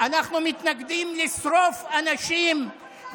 אנחנו מתנגדים לשרוף אנשים,